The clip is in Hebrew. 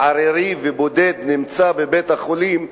ערירי ובודד נמצא בבית-החולים,